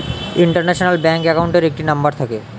international bank অ্যাকাউন্টের একটি number থাকে